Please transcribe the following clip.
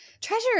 Treasure